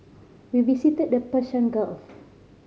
we visited the Persian Gulf